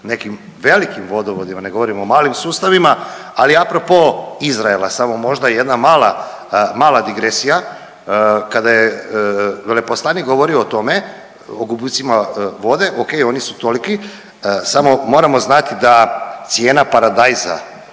nekim velikim vodovodima, ne govorimo o malim sustavima, ali apropo Izraela samo možda jedna mala, mala digresija. Kada je veleposlanik govorio o tome, o gubicima vode, okej oni su toliki, samo moramo znati da cijena paradajza